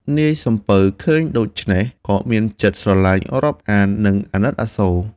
នាយសំពៅឃើញដូច្នេះ ក៏មានចិត្តស្រលាញ់រាប់អាន និងអាណិតអាសូរ។